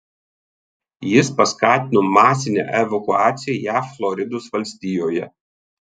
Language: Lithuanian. jis paskatino masinę evakuaciją jav floridos valstijoje